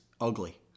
ugly